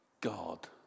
God